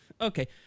okay